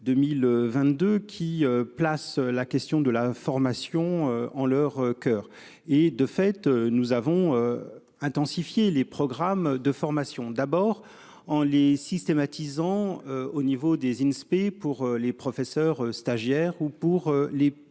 2022 qui place la question de la formation en leur coeur et de fait nous avons. Intensifié les programmes de formation, d'abord en les systématisant. Au niveau des Inspé pour les professeurs stagiaires ou pour les CPE